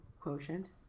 quotient